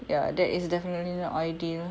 ya that is definitely not ideal